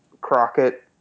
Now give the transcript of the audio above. Crockett